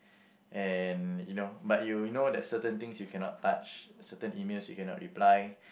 and you know but you know that certain things you cannot touch certain emails you cannot reply